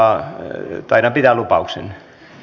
taidan pitää lupaukseni